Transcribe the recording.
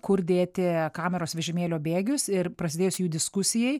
kur dėti kameros vežimėlio bėgius ir prasidėjus jų diskusijai